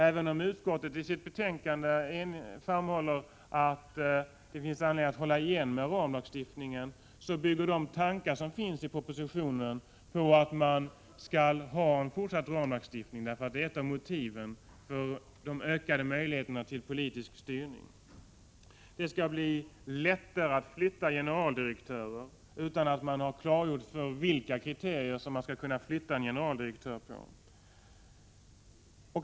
Även om utskottet i sitt betänkande framhåller att det finns anledning att hålla igen med ramlagstiftningen, bygger de tankar som finns i propositionen på att man skall ha en fortsatt ramlagstiftning. Det är ett av motiven till ökade möjligheter för politisk styrning. Det skall bli lättare att flytta generaldirektörer utan att man klargör på vilka kriterier man flyttar en generaldirektör.